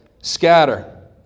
Scatter